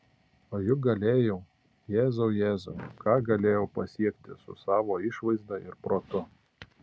o juk galėjau jėzau jėzau ką galėjau pasiekti su savo išvaizda ir protu